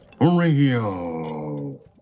Radio